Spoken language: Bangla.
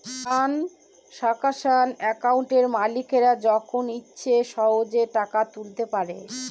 ট্রানসাকশান একাউন্টে মালিকরা যখন ইচ্ছে সহেজে টাকা তুলতে পারে